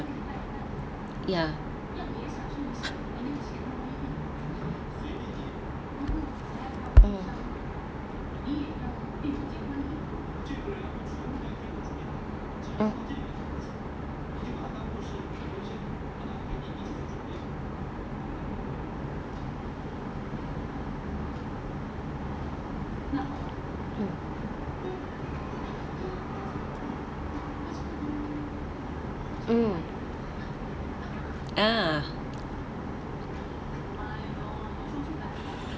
ya mm mm mm mm ah